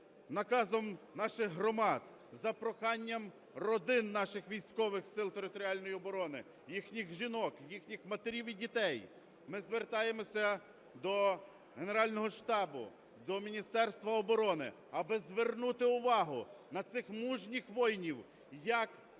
наказом наших громад, за проханням родин наших військових Сил територіальної оборони, їхніх жінок, їхніх матерів і дітей ми звертаємося до Генерального штабу, до Міністерства оборони, аби звернути увагу на цих мужніх воїнів як з бойових